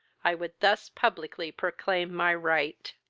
i would thus publicly proclaim my right.